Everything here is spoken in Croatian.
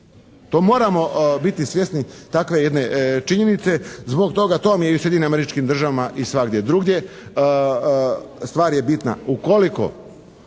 To moramo biti svjesni takve jedne činjenice zbog toga, to vam je i u Sjedinjenim Američkim Državama i svagdje drugdje, stvar je bitna.